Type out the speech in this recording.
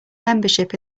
membership